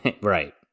right